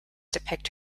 depict